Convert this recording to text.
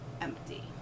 empty